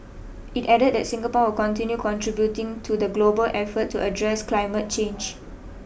it added that Singapore will continue contributing to the global effort to address climate change